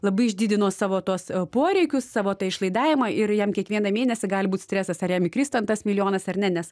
labai išdidino savo tuos poreikius savo tą išlaidavimą ir jam kiekvieną mėnesį gali būt stresas ar jam įkris ten tas milijonas ar ne nes